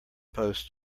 post